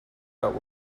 out